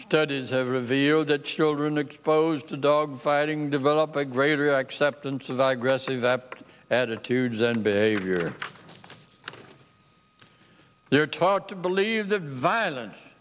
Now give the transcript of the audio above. studies have revealed that children exposed to dog fighting develop a greater acceptance of the aggressive that attitudes and behavior they are taught to believe that violence